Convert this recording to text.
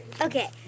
okay